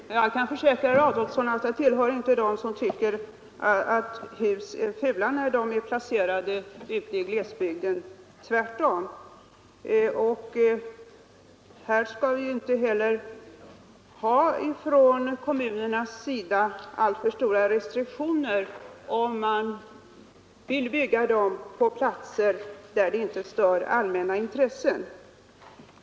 Herr talman! Jag kan försäkra herr Adolfsson att jag inte tillhör dem som tycker att hus är fula när de är placerade ute i glesbygden. Tvärtom! Vi skall inte heller ha restriktioner från kommunernas sida, om människor vill bygga på platser där det inte stör allmänna intressen.